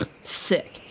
sick